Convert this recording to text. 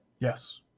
Yes